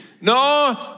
No